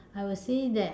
I will say that